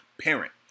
parent